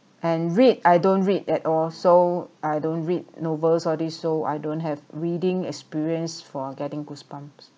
and read I don't read at all so I don't read novels or this so I don't have reading experience for getting goosebumps